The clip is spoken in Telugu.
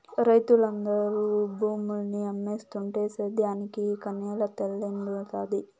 రైతులందరూ భూముల్ని అమ్మేస్తుంటే సేద్యానికి ఇక నేల తల్లేడుండాది